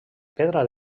pedra